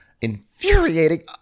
Infuriating